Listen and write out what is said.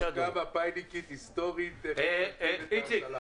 היום כ-95 אחוזים עדיין מגודלים בלולי סוללה.